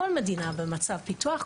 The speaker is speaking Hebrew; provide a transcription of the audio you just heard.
כל מדינה במצב פיתוח,